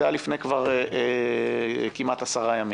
זה היה כבר לפני כמעט עשרה ימים.